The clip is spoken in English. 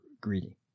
greedy